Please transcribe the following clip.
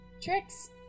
Tricks